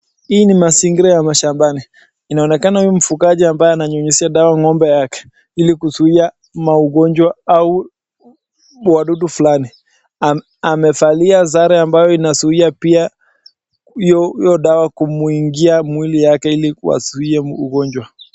Hii ni mazingira ya mashambani. Inaonekana huyu ni mfugaji ambaye ananyunyuzia dawa ng'ombe yake ili kuzuia maugonjwa au wadudu fulani. Amevalia sare ambayo inazuia pia hiyo dawa kumuingia mwili yake ili kuwazuia ugonjwa.